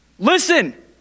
Listen